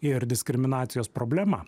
ir diskriminacijos problema